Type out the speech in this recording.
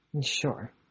Sure